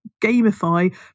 gamify